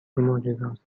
معجزهآسا